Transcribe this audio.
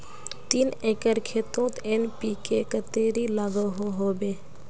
तीन एकर खेतोत एन.पी.के कतेरी लागोहो होबे?